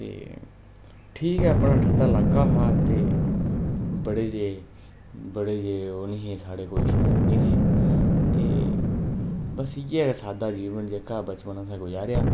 ते ठीक अपना ठंडा लाका हा ते बड़े जेह् बड़े जेह् ओह् नेईं हे साढ़े कोई शौंक नेईं थे ते बस इ'यै सादा जीवन जेह्का बचपन असें गजारेआ